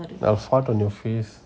I will fart on your face